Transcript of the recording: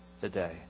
today